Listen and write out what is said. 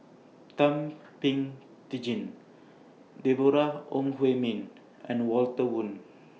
Thum Ping Tjin Deborah Ong Hui Min and Walter Woon